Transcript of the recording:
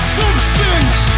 substance